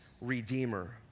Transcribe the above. redeemer